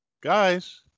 Guys